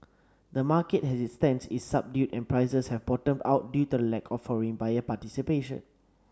the market as it stands is subdued and prices have bottomed out due to the lack of foreign buyer participation